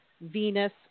Venus